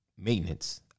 maintenance